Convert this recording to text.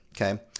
okay